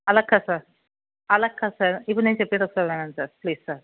అలా కాదు సార్ అలా కాదు సార్ ఇప్పుడు నేను చెప్పేది ఒకసారి వినండి సార్ ప్లీజ్ సార్